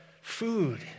food